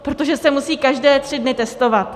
Protože se musí každé tři dny testovat.